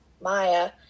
Maya